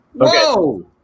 Whoa